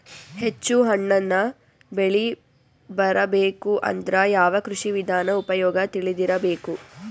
ಹೆಚ್ಚು ಹಣ್ಣನ್ನ ಬೆಳಿ ಬರಬೇಕು ಅಂದ್ರ ಯಾವ ಕೃಷಿ ವಿಧಾನ ಉಪಯೋಗ ತಿಳಿದಿರಬೇಕು?